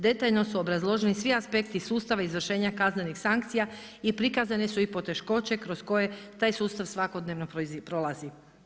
Detaljno su obrazloženi svi aspekti sustava izvršenja kaznenih sankcija i prikazane su i poteškoće kroz koje taj sustav svakodnevno prolazi.